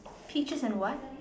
peaches and what